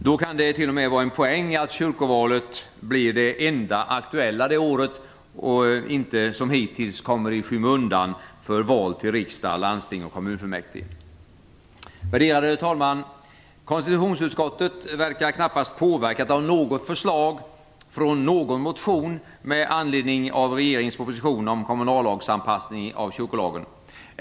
Då kan det t.o.m. vara en poäng att kyrkovalet blir det enda aktuella det året och inte - som hittills - kommer i skymundan för val till riksdag, landsting och kommunfullmäktige. Värderade talman! Konstitutionsutskottet verkar knappast vara påverkat av något förslag i någon motion med anledning av regeringens proposition om kommunallagsanpassning av kyrkolagen.